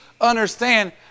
understand